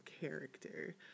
character